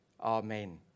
Amen